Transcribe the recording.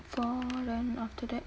four then after that